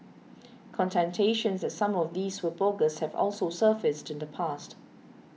that some of these were bogus have also surfaced in the past